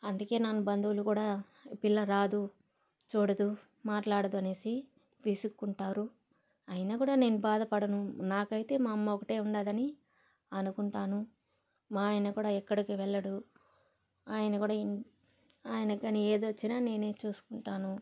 అందుకే నన్ను బంధువులు కూడా ఈ పిల్ల రాదు చూడదు మాట్లాడదు అనేసి విసుక్కుంటారు అయినా కూడా నేను బాధపడను నాకైతే మా అమ్మ ఒకటే ఉందని అనుకుంటాను మా ఆయన కూడా ఎక్కడికి వెళ్ళడు ఆయన కూడా ఇన్ ఆయనకు కానీ ఏది వచ్చిన నేనే చూసుకుంటాను